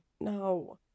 No